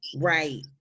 right